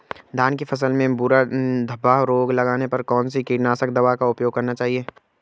धान की फसल में भूरा धब्बा रोग लगने पर कौन सी कीटनाशक दवा का उपयोग करना चाहिए?